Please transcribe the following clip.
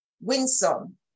Winsome